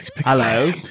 Hello